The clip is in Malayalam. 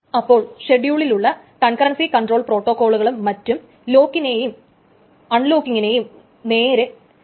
അപ്പോൾ ഷെഡ്യൂളിലുള്ള കൺകറൻസി കൺട്രോൾ പ്രോട്ടോകോളുകളും മറ്റും ലോക്കിങ്ങിനേയും അൺലോക്കിങ്ങിനേയും നേരെ ഡെഡ്ലോക്ക് ആക്കാം